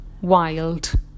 wild